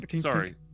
sorry